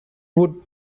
would